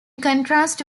contrast